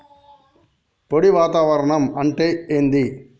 పొడి వాతావరణం అంటే ఏంది?